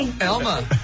Elma